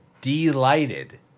Delighted